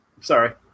sorry